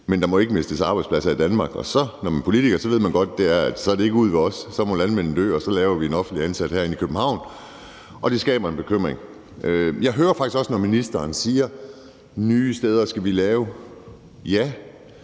at der ikke må mistes arbejdspladser i Danmark, og når man så er politiker, ved man godt, at det ikke er ude ved os. Så må landmændene dø, og så laver vi en offentligt ansat herinde i København. Det skaber en bekymring. Jeg hører faktisk også, at ministeren siger, at vi skal lave